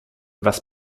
was